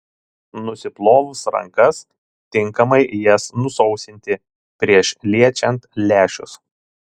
nusiplovus rankas tinkamai jas nusausinti prieš liečiant lęšius